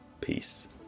peace